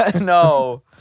No